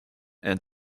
and